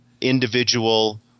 individual